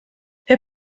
herr